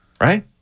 right